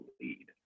lead